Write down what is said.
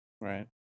Right